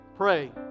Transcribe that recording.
Pray